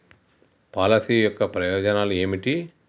Policy యొక్క ప్రయోజనాలు ఏమిటి?